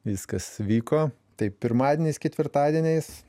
viskas vyko taip pirmadieniais ketvirtadieniais